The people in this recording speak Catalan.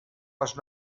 les